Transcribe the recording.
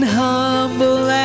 humble